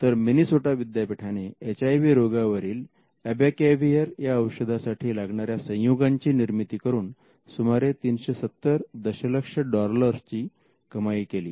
तर मिनिसोटा विद्यापीठाने एचआयव्ही रोगावरील abacavir या औषधासाठी लागणाऱ्या संयुगांची निर्मिती करून सुमारे 370 दशलक्ष डॉलर्स ची कमाई केली